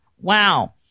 Wow